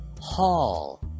Hall